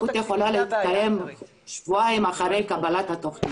יכולה להתקיים שבועיים אחרי קבלת התוכנית.